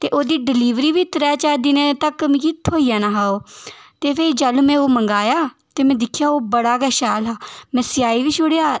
ते ओह्दी डिलिवरी बी त्रै चार दिनें तक मिगी थ्होई जाना हा ओह् ते फ्ही चल में ओह् मंगाया ते में दिक्खेआ ओह् बड़ा गै शैल हा में सियाई बी छोड़ेआ